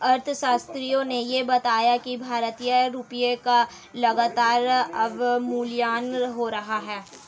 अर्थशास्त्रियों ने यह बताया कि भारतीय रुपयों का लगातार अवमूल्यन हो रहा है